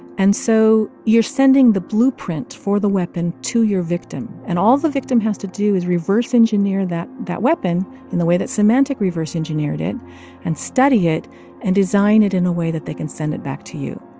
and so you're sending the blueprint for the weapon to your victim. and all the victim has to do is reverse-engineer that that weapon in the way that symantec reverse-engineered it and study it and design it in a way that they can send it back to you.